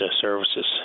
services